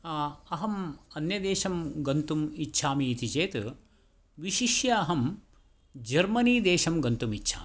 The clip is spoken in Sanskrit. अहं अन्यदेशं गन्तुम् इच्छामि इति चेत् विशिष्य अहं जर्मनी देशं गन्तुम् इच्छामि